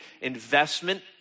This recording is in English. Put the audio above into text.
investment